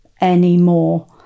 anymore